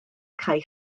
cae